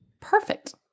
Perfect